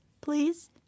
please